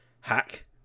hack